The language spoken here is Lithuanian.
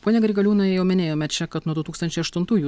pone grigaliūnai jau minėjome čia kad nuo du tūkstančiai aštuntųjų